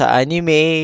anime